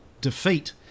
defeat